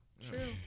True